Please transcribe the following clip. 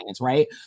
right